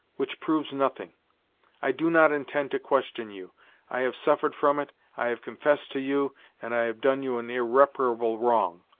which proves nothing i do not intend to question you i have suffered from it, i have confessed to you and i have done you an irreparable wrong.